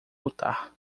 lutar